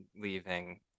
leaving